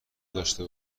داشته